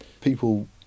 People